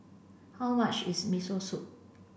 how much is Miso Soup